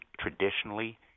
traditionally